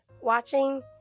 watching